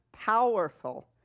powerful